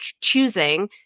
choosing